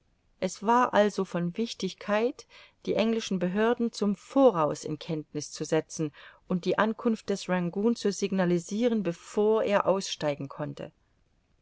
es war also von wichtigkeit die englischen behörden zum voraus in kenntniß zu setzen und die ankunft des rangoon zu signalisiren bevor er aussteigen konnte